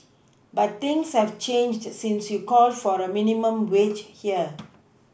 but things have changed since you called for a minimum wage here